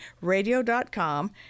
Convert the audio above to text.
radio.com